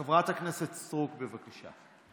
חברת הכנסת סטרוק, בבקשה.